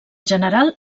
general